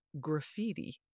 graffiti